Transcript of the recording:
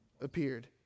appeared